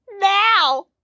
now